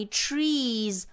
trees